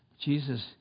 Jesus